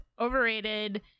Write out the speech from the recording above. overrated